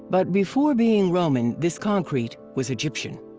but before being roman this concrete was egyptian.